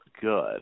good